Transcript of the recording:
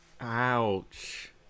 Ouch